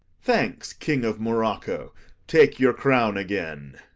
thanks, king of morocco take your crown again.